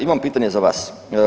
Imam pitanje za vas.